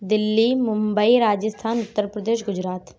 Delhi Mumbai Rajasthan Uttar Pradesh Gujarat